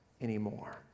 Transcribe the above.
anymore